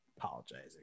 Apologizing